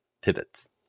pivots